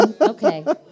Okay